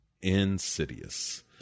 insidious